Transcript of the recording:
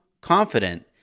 confident